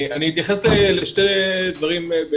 אני אתייחס לשני דברים.